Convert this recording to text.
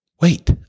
wait